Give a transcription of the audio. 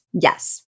Yes